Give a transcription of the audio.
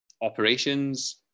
operations